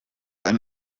ein